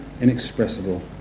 inexpressible